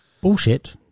bullshit